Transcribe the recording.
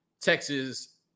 Texas